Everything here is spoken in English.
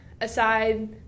aside